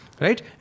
right